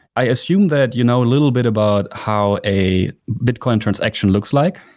i assume that you know a little bit about how a bitcoin transaction looks like,